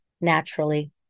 naturally